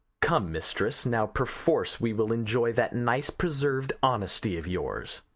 come, mistress, now perforce we will enjoy that nice-preserved honesty of yours.